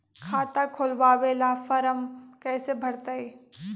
खाता खोलबाबे ला फरम कैसे भरतई?